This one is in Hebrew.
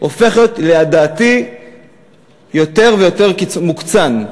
הופך לדעתי יותר ויותר מוקצן.